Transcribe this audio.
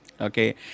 okay